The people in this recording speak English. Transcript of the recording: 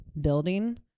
building